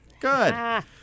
Good